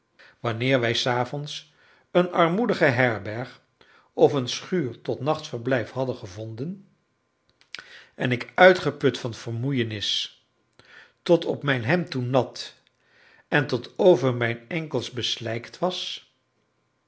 wanneer wij s avonds een armoedige herberg of een schuur tot nachtverblijf hadden gevonden en ik uitgeput van vermoeienis tot op mijn hemd toe nat en tot over mijn enkels beslijkt was